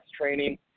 training